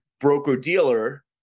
broker-dealer